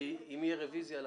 אמרתי: אני עייף מאוד היום,